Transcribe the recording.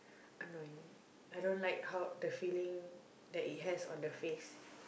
annoying I don't like how the feeling that it has on the face